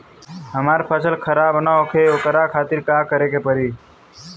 हमर फसल खराब न होखे ओकरा खातिर का करे के परी?